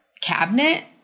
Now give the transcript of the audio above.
cabinet